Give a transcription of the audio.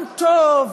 עם טוב,